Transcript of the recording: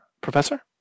professor